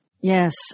Yes